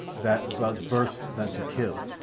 that vas vorse than to kill.